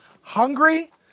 Hungry